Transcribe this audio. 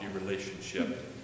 relationship